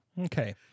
Okay